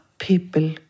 people